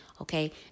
Okay